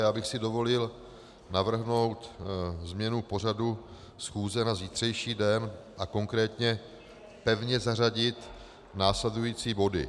Já bych si dovolil navrhnout změnu pořadu schůze na zítřejší den a konkrétně pevně zařadit následující body.